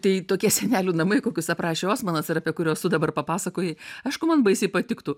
tai tokie senelių namai kokius aprašė osmanas ir apie kuriuos tu dabar papasakojai aišku man baisiai patiktų